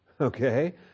Okay